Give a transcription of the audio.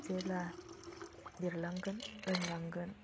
जेब्ला लिरलांगोन रोंलांगोन